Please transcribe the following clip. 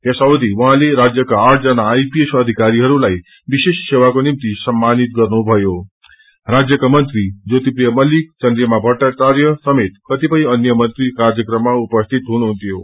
यस अवधि उहाँले राज्यका आठजना आईपीएस अधिकारीहरूलाई विशेष सेवाको निम्ति सम्मानित गर्नुभयों राज्यका मंत्री ज्योतिप्रिय मल्लिक चन्द्रिमा भट्टाचार्य समेत कतिपय अन्य मंत्री कार्यक्रममा उपस्थित हुनुहुन्थ्यो